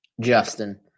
Justin